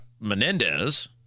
Menendez